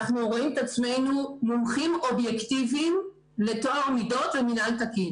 אנחנו רואים את עצמנו מומחים אובייקטיביים לטוהר מידות ומינהל תקין